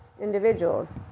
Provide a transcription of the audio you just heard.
individuals